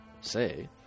say